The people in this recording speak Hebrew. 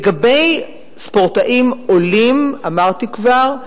לגבי ספורטאים עולים, אמרתי כבר,